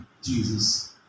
Jesus